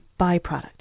byproduct